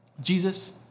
Jesus